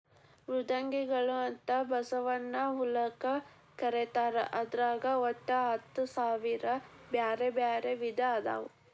ಮೃದ್ವಂಗಿಗಳು ಅಂತ ಬಸವನ ಹುಳಕ್ಕ ಕರೇತಾರ ಅದ್ರಾಗ ಒಟ್ಟ ಹತ್ತಸಾವಿರ ಬ್ಯಾರ್ಬ್ಯಾರೇ ವಿಧ ಅದಾವು